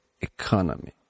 economy